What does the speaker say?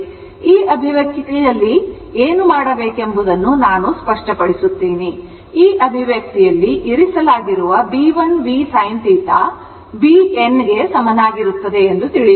ಈ ಅಭಿವ್ಯಕ್ತಿಯಲ್ಲಿ ಏನು ಮಾಡಬೇಕೆಂಬುದನ್ನು ನಾನು ಸ್ಪಷ್ಟಪಡಿಸುತ್ತೇನೆ ಈ ಅಭಿವ್ಯಕ್ತಿಯಲ್ಲಿ ಇರಿಸಲಾಗಿರುವ Bl v sin θ bn ಗೆ ಸಮನಾಗಿರುತ್ತದೆ ಎಂದು ತಿಳಿಯಿರಿ